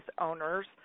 owners